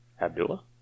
Abdullah